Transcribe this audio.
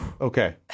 okay